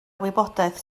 wybodaeth